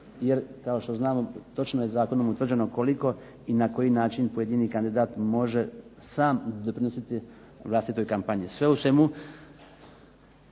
jer kao što znamo točno je zakonom utvrđeno koliko i na koji način pojedini kandidat može sam doprinositi vlastitoj kampanji. Sve u svemu